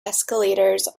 escalators